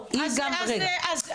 היא גם איתם,